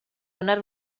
donar